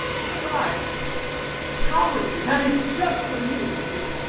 besides cowardly that is just what he is, you see.